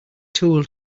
tool